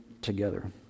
together